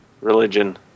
religion